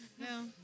no